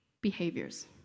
behaviors